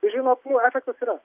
žinot nu efektas yra